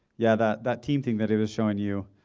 yeah. that that team thing that he was showing you,